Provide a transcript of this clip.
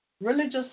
Religious